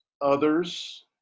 others